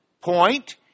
point